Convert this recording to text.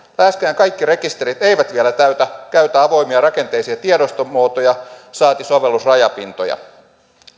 läheskään kaikki rekisterit eivät vielä käytä avoimia rakenteisia tiedostomuotoja saati sovellusrajapintoja